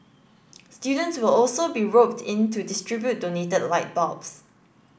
students will also be roped in to distribute donated light bulbs